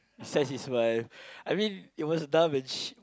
besides his wife I mean it was dumb and